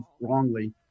wrongly